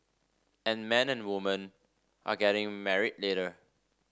and men and woman are getting married later